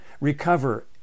recover